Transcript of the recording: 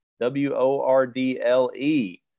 W-O-R-D-L-E